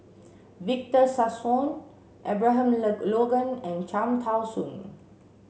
Victor Sassoon Abraham Logan and Cham Tao Soon